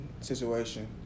situation